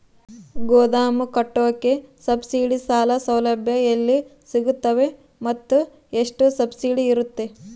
ಗೋದಾಮು ಕಟ್ಟೋಕೆ ಸಬ್ಸಿಡಿ ಸಾಲ ಸೌಲಭ್ಯ ಎಲ್ಲಿ ಸಿಗುತ್ತವೆ ಮತ್ತು ಎಷ್ಟು ಸಬ್ಸಿಡಿ ಬರುತ್ತೆ?